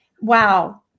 Wow